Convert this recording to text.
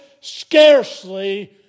scarcely